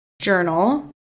journal